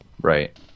Right